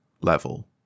level